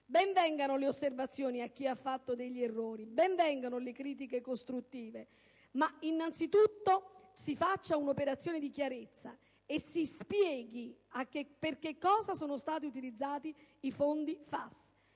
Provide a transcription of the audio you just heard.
Ben vengano le osservazioni a chi ha fatto degli errori, ben vengano le critiche costruttive, ma innanzitutto si faccia un'operazione di chiarezza e si spieghi per cosa sono stati utilizzati i fondi FAS: